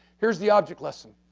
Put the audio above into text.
here's the object lesson,